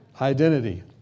Identity